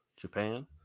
Japan